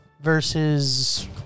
versus